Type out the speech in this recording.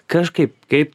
kažkaip kaip